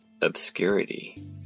Obscurity